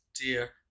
Dear